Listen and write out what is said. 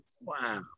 Wow